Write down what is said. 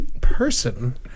person